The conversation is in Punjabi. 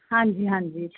ਹਾਂਜੀ ਹਾਂਜੀ